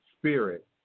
spirit